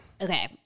Okay